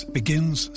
begins